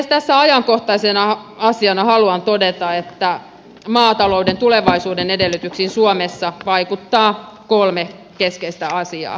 tässä ajankohtaisena asiana haluan todeta että maatalouden tulevaisuuden edellytyksiin suomessa vaikuttaa kolme keskeistä asiaa